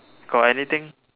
got anything